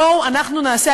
בואו, אנחנו נעשה,.